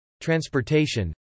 transportation